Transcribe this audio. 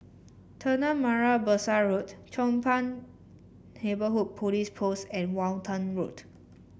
Tanah Merah Besar Road Chong Pang Neighbourhood Police Post and Walton Road